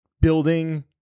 building